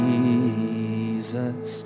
Jesus